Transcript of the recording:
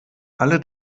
alle